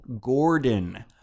gordon